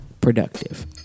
productive